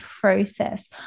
process